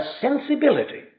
sensibility